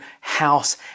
house